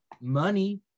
Money